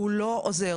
הוא לא עוזר.